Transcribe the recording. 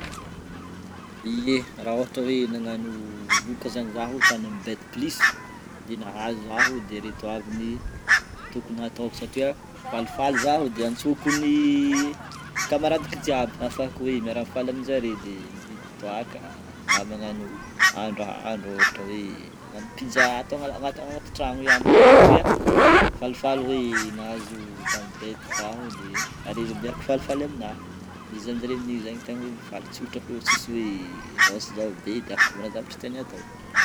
Ye, raha ohatra hoe nagnano loka zany zaho tany amin'ny BET plus de nahazo zaho, de ireto avy ny tokony ataoko satria falifaly zaho de antsoko ny kamaradiko jiaby afahako hoe miara mifaly amin'jare de mividy toaka, na magnano ahandroahandro ohatra hoe agnano pizza atao ana- anaty anaty tragno ihany satria falifaly hoe nahazo tamin'ny BET zaho de ary izy miaraka falifaly aminah. De izy zany zare amin'igny tegna hoe mifaly tsotra fô tsisy hoe zao sy zao be dia afaka manao zavatra tiagna atao.